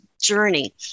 journey